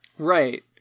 right